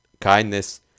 kindness